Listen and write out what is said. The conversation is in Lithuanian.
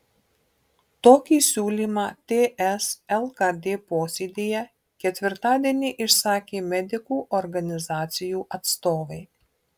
tokį siūlymą ts lkd posėdyje ketvirtadienį išsakė medikų organizacijų atstovai